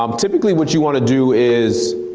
um typically what you wanna do is,